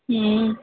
हमम